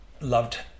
loved